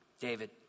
David